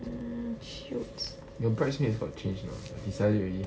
mm shoots